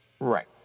Right